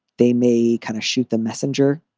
they may kind of shoot the messenger,